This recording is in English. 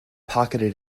pocketed